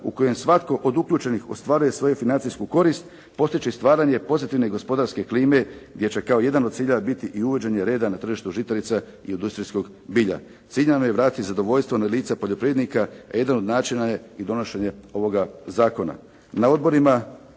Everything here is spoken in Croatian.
u kojem svatko od uključenih ostvaruje svoju financijsku korist postići će stvaranje pozitivne gospodarske klime gdje će kao jedan od ciljeva biti i uvođenje reda na tržištu žitarica i industrijskog bilja. Ciljano je vratiti zadovoljstvo na lica poljoprivrednika, a jedan od načina je i donošenje ovoga zakona.